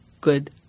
good